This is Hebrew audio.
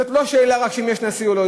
זאת לא רק שאלה אם יש נשיא או לא.